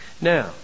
Now